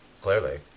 clearly